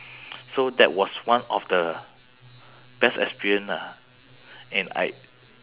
so that was one of the best experience ah and I